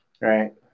right